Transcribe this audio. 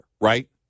right